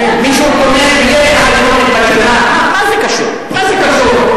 מה זה קשור לעזאזל?